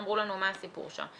אמרו לנו מה הסיפור שם.